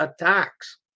attacks